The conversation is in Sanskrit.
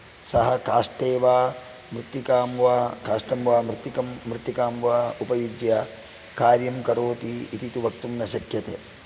सः काष्टे वा मृत्तिकां वा काष्टं वा मृत्तिकं मृत्तिकां वा उपयुज्य कार्यं करोति इति तु वक्तुं न शक्यते